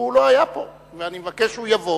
שלא היה פה, ואני מבקש שהוא יבוא,